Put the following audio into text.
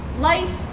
light